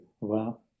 Wow